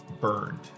burned